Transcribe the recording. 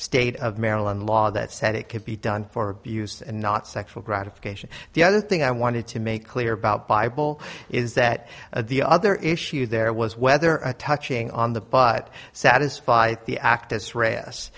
state of maryland law that said it could be done for abuse and not sexual gratification the other thing i wanted to make clear about bible is that the other issue there was whether a touching on the but satisfy the actus r